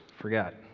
forgot